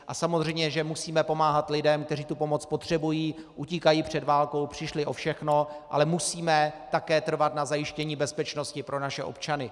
A samozřejmě musíme pomáhat lidem, kteří tu pomoc potřebují, utíkají před válkou, přišli o všechno, ale musíme také trvat na zajištění bezpečnosti pro naše občany.